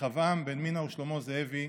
רחבעם בן מינה ושלמה זאבי,